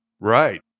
Right